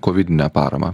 kovidinę paramą